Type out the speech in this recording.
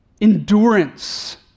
endurance